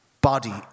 body